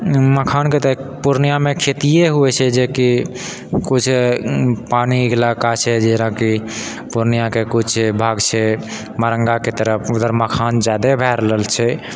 मखानके तऽ पुर्णियाँमे खेतिए होइत छै जेकि कुछ पानी इलाका छै जेनाकि पुर्णियाँके कुछ भाग छै वारङ्गाके तरफ उधर मखान ज्यादे भए रहल छै